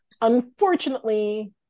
Unfortunately